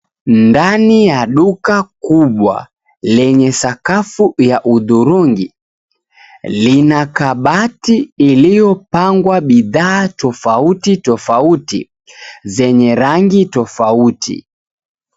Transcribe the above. Ndani ya duka kubwa, lenye sakafu ya hudhurungi, lina kabati iliyopangwa bidhaa tofauti tofauti, zenye rangi tofauti.